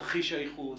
תרחיש הייחוס,